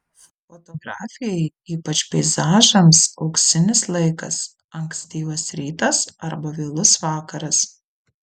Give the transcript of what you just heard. fotografijai ypač peizažams auksinis laikas ankstyvas rytas arba vėlus vakaras